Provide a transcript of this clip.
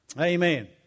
Amen